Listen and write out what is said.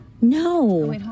no